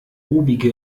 obige